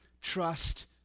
trust